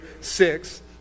six